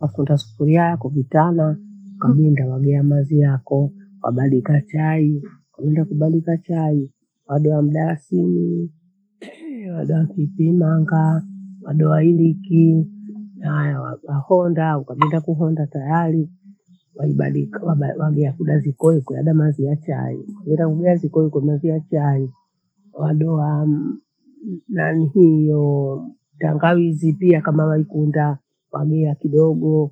Wakunda sufuria yako vitana, ukaginda wagea mazi yakoo, wabadika chai. Ukaginda kubandika chai wadoa mdalasini wadoa pilipili manga, wadoa iliki haya wahondaa, ukaginda kuhonda tayari waibadik waba wagea kidazi koikoi eda mathi ya chai. Urawira sikoikoi mathi ya chai wadoa nanihii hioo tangawizi pia kama waikundaa wagea kidogo,